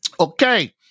Okay